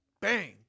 Bang